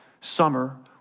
summer